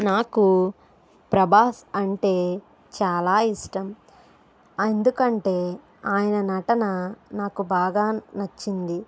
నాకు ప్రభాస్ అంటే చాలా ఇష్టం ఎందుకంటే ఆయన నటన నాకు బాగా నచ్చింది